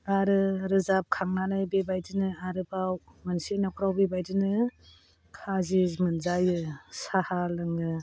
आरो रोजाबखांनानै बेबादिनो आरोबाव मोनसे नखराव बेबादिनो खाजि मोनजायो साहा लोङो